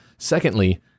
Secondly